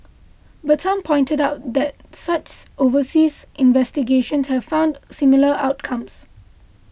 but some pointed out that such overseas investigations have found similar outcomes